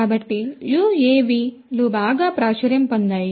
కాబట్టి యుఎవిలు బాగా ప్రాచుర్యం పొందాయి